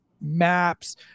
maps